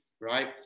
right